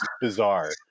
bizarre